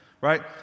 right